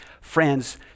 friends